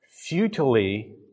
futilely